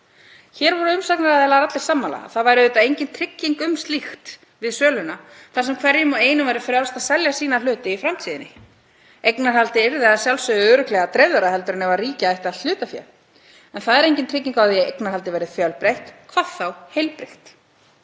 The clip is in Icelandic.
Hér voru umsagnaraðilar allir sammála. Það væri engin trygging um slíkt við söluna þar sem hverjum og einum er frjálst að selja sína hluti í framtíðinni. Eignarhaldið yrði að sjálfsögðu örugglega dreifðara heldur en ef ríkið ætti allt hlutafé. En það er engin trygging fyrir því að eignarhaldið verði fjölbreytt, hvað þá heilbrigt,